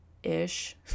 ish